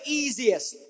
easiest